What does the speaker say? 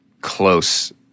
close